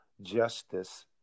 justice